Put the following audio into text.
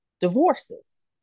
Divorces